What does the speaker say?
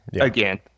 again